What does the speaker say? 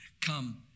come